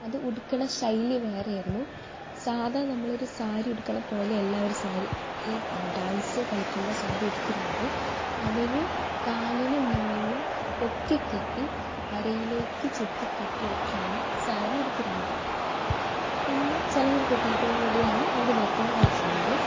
അത് ഉടുക്കണ ശൈലി വേറെ ആയിരുന്നു സാധാരണ നമ്മളൊരു സാരിയുടുക്കണ പോലെയല്ല അവർ സാരി ഈ ഡാൻസ്സ് കളിക്കുമ്പം സാരി ഉടുത്തിരുന്നത് അവർ കാലിന് മുകളിൽ പൊക്കി ക്കെട്ടി അരയിലേക്ക് ചുറ്റി കെട്ടിയൊക്കെയാണ് സാരിയുടുത്തിരുന്നത് പിന്നെ ചിലങ്ക കെട്ടീട്ട് കൂടിയാണ് അവർ നൃത്തം കളിച്ചിരുന്നത്